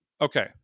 Okay